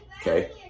okay